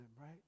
right